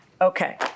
Okay